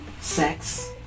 sex